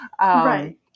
Right